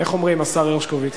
איך אומרים, השר הרשקוביץ?